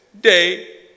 day